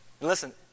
Listen